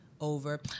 over